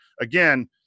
again